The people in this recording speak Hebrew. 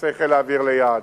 בסיסי חיל אוויר ליד.